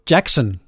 Jackson